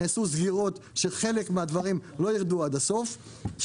נעשו סגירות שחלק מהדברים לא יירדו עד הסוף,